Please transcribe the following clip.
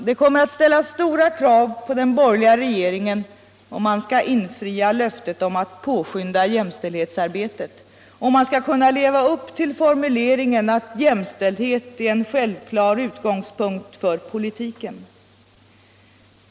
Det kommer att ställas stora krav på den borgerliga regeringen om man skall infria löftet om att påskynda jämställdhetsarbetet - om man skall kunna leva upp till formuleringen att jämställdhet är en självklar utgångspunkt för politiken.